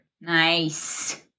Nice